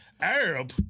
Arab